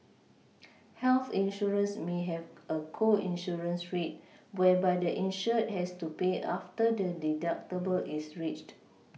health insurance may have a co insurance rate whereby the insured has to pay after the deductible is reached